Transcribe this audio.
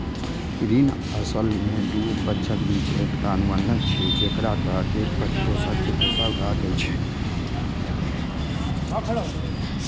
ऋण असल मे दू पक्षक बीच एकटा अनुबंध छियै, जेकरा तहत एक पक्ष दोसर कें पैसा उधार दै छै